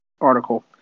article